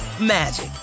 magic